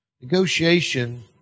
Negotiation